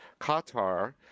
Qatar